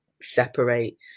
separate